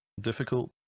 difficult